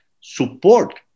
support